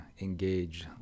engage